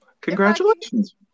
congratulations